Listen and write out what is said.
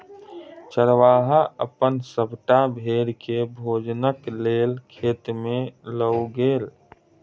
चरवाहा अपन सभटा भेड़ के भोजनक लेल खेत में लअ गेल